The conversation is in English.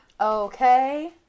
Okay